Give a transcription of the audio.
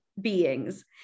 beings